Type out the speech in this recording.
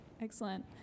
Excellent